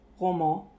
roman